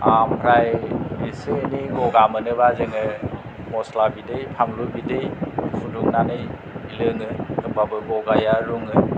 ओमफ्राय एसे एनै गगा मोनोबा जोङो मस्ला बिदै फानलु बिदै फुदुंनानै लोङो होम्बाबो गगाया रुङो